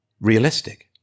realistic